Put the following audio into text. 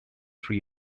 three